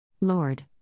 Lord